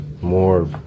more